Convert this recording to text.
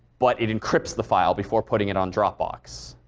but it encrypts the file before putting it on dropbox.